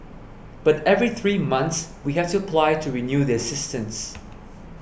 but every three months we have to apply to renew the assistance